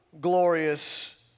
glorious